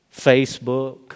Facebook